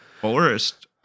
Forest